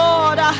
Lord